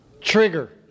Trigger